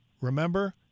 remember